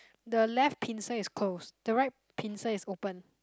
the left pincer is closed the right pincer is open